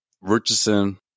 Richardson